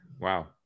wow